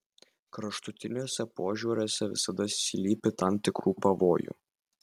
kraštutiniuose požiūriuose visada slypi tam tikrų pavojų